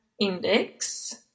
index